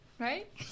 Right